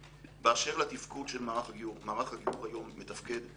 באשר לתפקוד של מערך הגיור - מערך הגיור היום מתפקד.